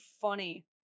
funny